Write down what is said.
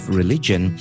religion